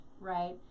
right